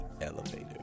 elevator